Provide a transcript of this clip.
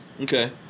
Okay